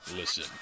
listen